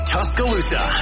Tuscaloosa